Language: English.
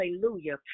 hallelujah